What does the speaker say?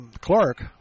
Clark